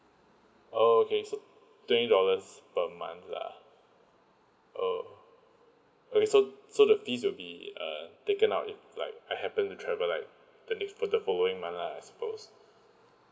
oh okay so twenty dollars per month lah oh okay so so the fees will be err taken up with like I happen to travel like turn it for the following my lah I suppose